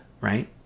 right